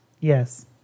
Yes